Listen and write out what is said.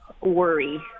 Worry